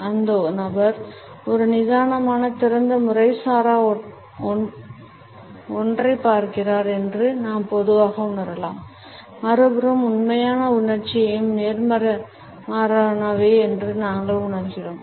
அந்த நபர் ஒரு நிதானமான திறந்த முறைசாரா ஒன்றைப் பார்க்கிறார் என்று நாம் பொதுவாக உணரலாம் மறுபுறம் உண்மையான உணர்ச்சிகள் நேர்மாறானவை என்று நாங்கள் உணர்கிறோம்